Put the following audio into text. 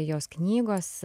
jos knygos